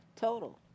total